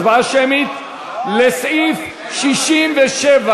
הצבעה שמית על סעיף 67,